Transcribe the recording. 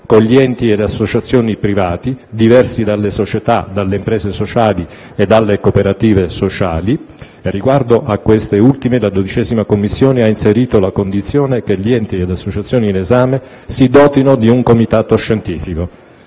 con gli enti e le associazioni privati diversi dalle società, dalle imprese sociali e dalle cooperative sociali (riguardo a queste ultime, la 12a Commissione ha inserito la condizione che gli enti e le associazioni in esame si dotino di un comitato scientifico)